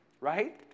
Right